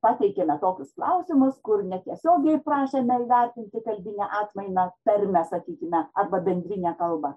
pateikėme tokius klausimus kur netiesiogiai prašėme įvertinti kalbinę atmainą tarmę sakykime arba bendrinę kalbą